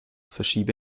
verschiebe